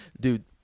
Dude